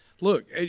Look